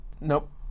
Nope